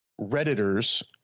Redditors